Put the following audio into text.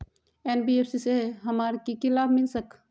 NBFC से हमार की की लाभ मिल सक?